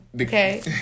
Okay